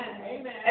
Amen